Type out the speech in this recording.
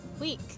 week